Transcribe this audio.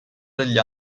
degli